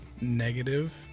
negative